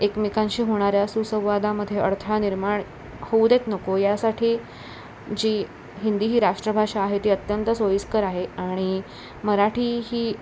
एकमेकांशी होणाऱ्या सुसंवादामध्ये अडथाळा निर्माण होऊ देत नको यासाठी जी हिंदी ही राष्ट्रभाषा आहे ती अत्यंत सोयीस्कर आहे आणि मराठी ही